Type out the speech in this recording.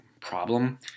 problem